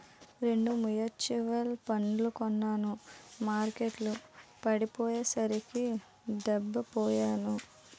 రెండు మ్యూచువల్ ఫండ్లు కొన్నాను మార్కెట్టు పడిపోయ్యేసరికి డెబ్బై పొయ్యాను